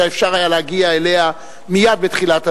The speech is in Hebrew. שהיה אפשר להגיע אליה מייד בתחילת הדרך,